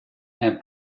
and